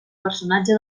personatge